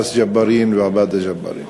אנאס ג'בארין ועבאדה ג'בארין.